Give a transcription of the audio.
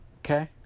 okay